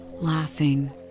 laughing